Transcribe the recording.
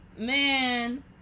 man